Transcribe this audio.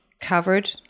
covered